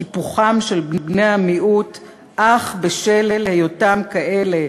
קיפוחם של בני המיעוט אך בשל היותם כאלה,